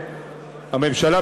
הממשלה,